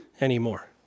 anymore